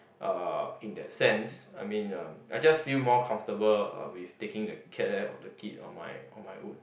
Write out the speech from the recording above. uh in that sense I mean uh I just feel more comfortable uh with taking the care of the kid on my on my own